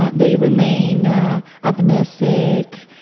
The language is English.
ah they remain amnesic,